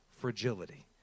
fragility